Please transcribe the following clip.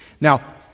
Now